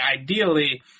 ideally